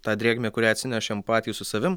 tą drėgmę kurią atsinešėm patys su savim